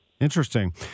Interesting